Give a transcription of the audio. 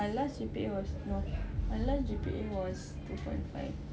my last G_P_A was no my last G_P_A was two point five